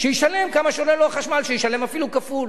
שישלם כמה שעולה לו החשמל, שישלם אפילו כפול,